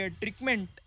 treatment